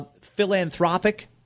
philanthropic